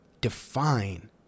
define